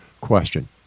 question